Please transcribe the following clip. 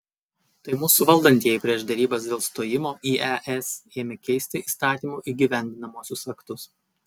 tai mūsų valdantieji prieš derybas dėl stojimo į es ėmė keisti įstatymų įgyvendinamuosius aktus